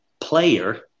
player